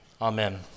Amen